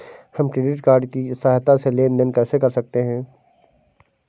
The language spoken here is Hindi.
हम क्रेडिट कार्ड की सहायता से लेन देन कैसे कर सकते हैं?